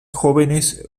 jóvenes